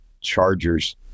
chargers